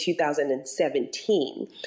2017